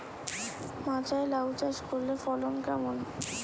মাচায় লাউ চাষ করলে ফলন কেমন?